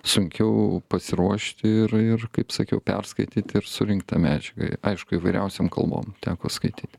sunkiau pasiruošti ir ir kaip sakiau perskaityti ir surinkt tą medžiagą aišku įvairiausiom kalbom teko skaityti